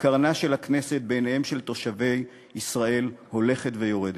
שקרנה של הכנסת בעיניהם של תושבי ישראל הולכת ויורדת.